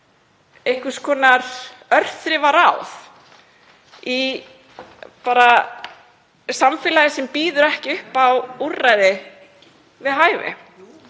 einhvers konar örþrifaráð í samfélagi sem býður ekki upp á úrræði við hæfi.